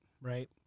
right